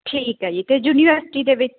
ਠੀਕ ਹੈ ਜੀ ਅਤੇ ਯੂਨੀਵਰਸਿਟੀ ਦੇ ਵਿੱਚ